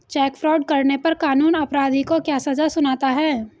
Check fraud करने पर कानून अपराधी को क्या सजा सुनाता है?